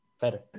better